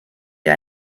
wir